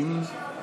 אם כן,